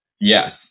Yes